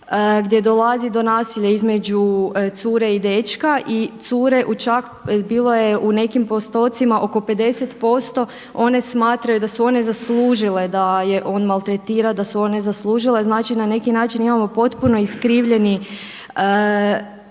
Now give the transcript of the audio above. gdje dolazi do nasilja između cure i dečka i cure, čak bilo je u nekim postotcima oko 50% one smatraju da su one zaslužile da je on maltretira, da su one zaslužile. Znači na neki način imamo potpuno iskrivljeni